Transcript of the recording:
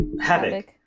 havoc